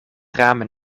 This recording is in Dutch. ramen